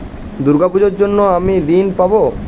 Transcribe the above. দুর্গা পুজোর জন্য কি আমি ঋণ পাবো?